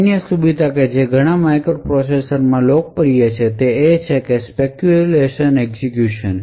અન્ય સુવિધા જે ઘણા આધુનિક માઇક્રોપ્રોસેસર માં લોકપ્રિય છે તે છે સ્પેકયુલેશન એક્ઝેક્યુશન